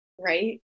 Right